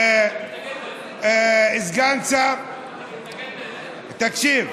סגן השר, תקשיב.